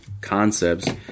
concepts